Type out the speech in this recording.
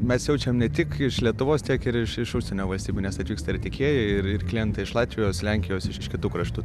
mes jaučiam ne tik iš lietuvos tiek ir iš iš užsienio valstybių nes atvyksta ir tiekėjai ir ir klientai iš latvijos lenkijos iš iš kitų kraštų